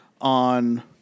on